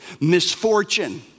misfortune